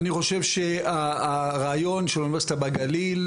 אני חושב שהרעיון של אוניברסיטה בגליל,